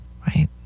right